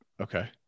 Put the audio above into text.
Okay